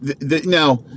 Now